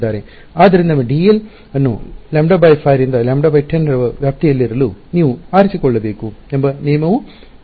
ಆದ್ದರಿಂದ ನಿಮ್ಮ ಡಿಎಲ್ ಅನ್ನು λ5 ರಿಂದ λ10 ರ ವ್ಯಾಪ್ತಿಯಲ್ಲಿರಲು ನೀವು ಆರಿಸಿಕೊಳ್ಳಬೇಕು ಎಂಬ ನಿಯಮವೂ ಇಲ್ಲಿದೆ